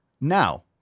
Now